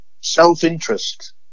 self-interest